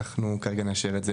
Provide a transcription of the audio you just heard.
אנחנו כרגע נאשר את זה.